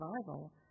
survival